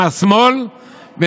עלייה לרגל למוקטעה,